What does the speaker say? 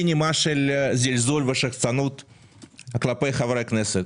נימה של זלזול ושחצנות כלפי חברי כנסת.